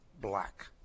Black